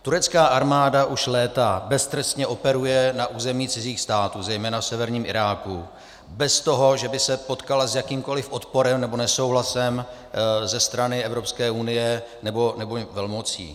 Turecká armáda už léta beztrestně operuje na území cizích států, zejména v severním Iráku, bez toho, že by se potkala s jakýmkoli odporem nebo nesouhlasem ze strany Evropské unie nebo velmocí.